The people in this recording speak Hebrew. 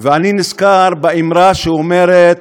ואני נזכר באמרה שאומרת: